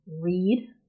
read